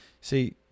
See